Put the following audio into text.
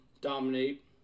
dominate